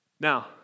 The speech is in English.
Now